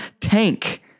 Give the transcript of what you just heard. tank